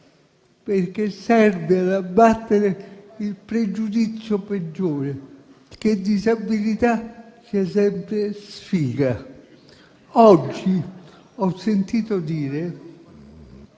perché serve ad abbattere il pregiudizio peggiore, cioè che disabilità sia sempre "sfiga". Oggi ho sentito dire